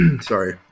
Sorry